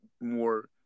more